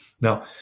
Now